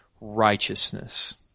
righteousness